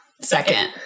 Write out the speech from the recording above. second